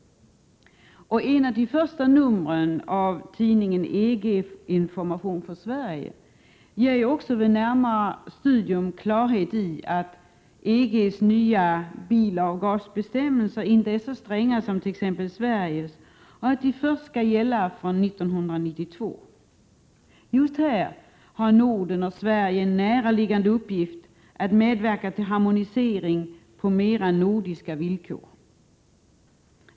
Ett av de första numren av tidningen EG-information för Sverige ger vid närmare studium klarhet om att EG:s nya bilavgasbestämmelser inte är så stränga som t.ex. Sveriges och att de skall gälla först från 1992. Norden och Sverige har här en näraliggande uppgift — att medverka till harmonisering på mera nordiska villkor.